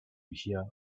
hear